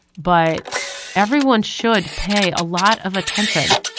but everyone should pay a lot of attention